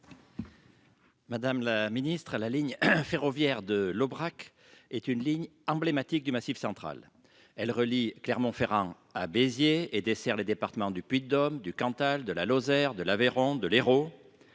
Madame la ministre, à la ligne ferroviaire de l'Aubrac est une ligne emblématique du Massif central, elle relie Clermont-Ferrand à Béziers et dessert les départements du Puy-de-Dôme, du Cantal, de la Lozère, de l'Aveyron de l'Hérault.